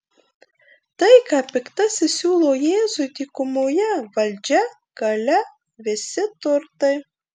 tai ką piktasis siūlo jėzui dykumoje valdžia galia visi turtai